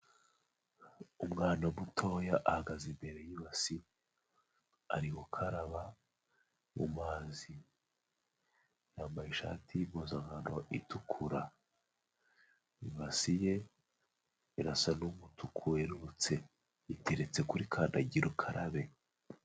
Umwana mutoya ahagaze imbere y'ibasi ari gukaraba mu mazi, yambaye ishati y'impuzankano itukura, ibasi ye irasa n'umutuku werurutse iteretse kuri kandagira ukarabe.